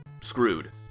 screwed